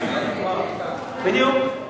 בדיוק.